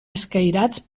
escairats